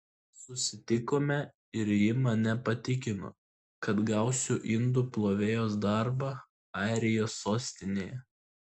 susitikome ir ji mane patikino kad gausiu indų plovėjos darbą airijos sostinėje